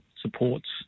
supports